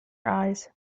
eyes